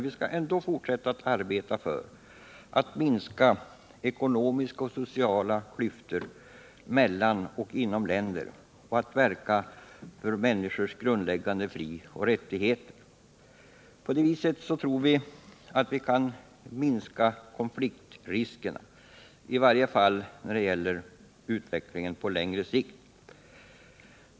Vi skall ändå fortsätta att arbeta för att minska ekonomiska och sociala klyftor mellan och inom länder och att verka för människors grundläggande frioch rättigheter. Jag tror att vi kan bidra till att minska konfliktriskerna, i varje fall när det gäller utvecklingen på längre sikt.